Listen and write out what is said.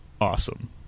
awesome